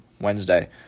Wednesday